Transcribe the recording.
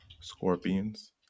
scorpions